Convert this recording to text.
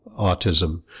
autism